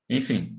Enfim